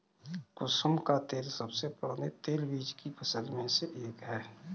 कुसुम का तेल सबसे पुराने तेलबीज की फसल में से एक है